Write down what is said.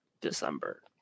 December